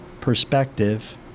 perspective